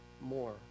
more